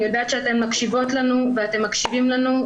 אני יודעת שאתן מקשיבות לנו ואתם מקשיבים לנו.